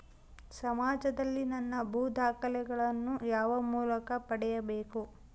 ಸಮಾಜದಲ್ಲಿ ನನ್ನ ಭೂ ದಾಖಲೆಗಳನ್ನು ಯಾವ ಮೂಲಕ ಪಡೆಯಬೇಕು?